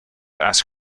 ask